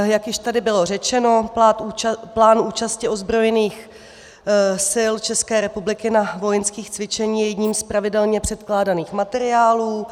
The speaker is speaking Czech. Jak již tady bylo řečeno, plán účasti ozbrojených sil České republiky na vojenských cvičeních je jedním z pravidelně předkládaných materiálů.